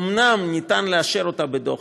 אומנם אפשר לאשר אותה בדוחק,